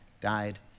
died